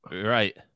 Right